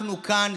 אנחנו כאן,